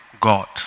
God